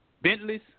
Bentleys